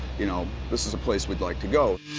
you know, this is a place we'd like to go.